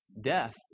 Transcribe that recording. death